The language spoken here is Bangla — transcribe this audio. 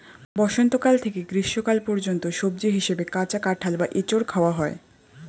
বসন্তকাল থেকে গ্রীষ্মকাল পর্যন্ত সবজি হিসাবে কাঁচা কাঁঠাল বা এঁচোড় খাওয়া হয়